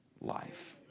life